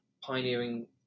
pioneering